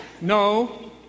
No